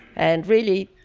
and really,